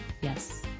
Yes